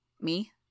Me